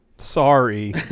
Sorry